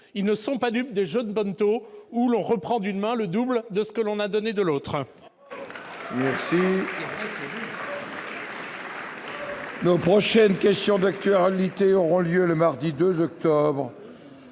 ils ne sont pas dupes des jeux de bonneteau où l'on reprend d'une main le double de ce que l'on a donné de l'autre